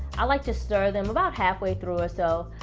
i like to stir them about halfway through or so,